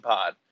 Pod